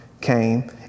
came